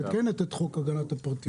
הצעת החוק מתקנת את חוק הגנת הפרטיות.